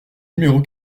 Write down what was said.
numéro